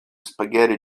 spaghetti